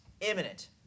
imminent